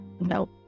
Nope